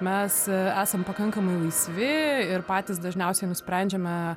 mes esam pakankamai laisvi ir patys dažniausiai nusprendžiame